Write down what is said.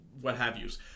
what-have-you's